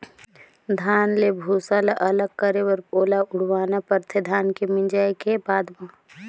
धान ले भूसा ल अलग करे बर ओला उड़वाना परथे धान के मिंजाए के बाद म